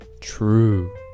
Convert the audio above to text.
true